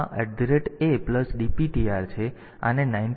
તેથી આને 93 તરીકે કોડેડ કરવામાં આવશે પછી આ MOVC AAPC